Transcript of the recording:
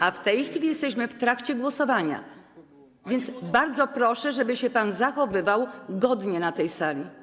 A w tej chwili jesteśmy w trakcie głosowania, więc bardzo proszę, żeby się pan zachowywał godnie na tej sali.